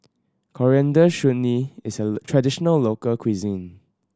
Coriander Chutney is a traditional local cuisine